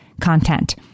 content